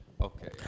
Okay